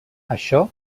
això